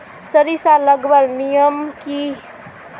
सरिसा लगवार नियम की?